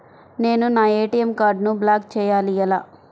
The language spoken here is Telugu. నేను నా ఏ.టీ.ఎం కార్డ్ను బ్లాక్ చేయాలి ఎలా?